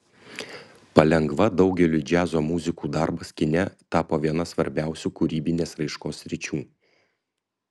palengva daugeliui džiazo muzikų darbas kine tapo viena svarbiausių kūrybinės raiškos sričių